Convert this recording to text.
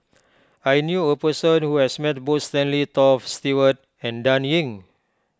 I knew a person who has met both Stanley Toft Stewart and Dan Ying